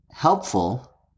helpful